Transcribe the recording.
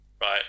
right